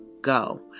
go